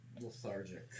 Lethargic